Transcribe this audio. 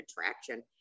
attraction